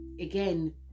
again